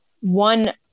one